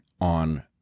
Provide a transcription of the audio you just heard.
on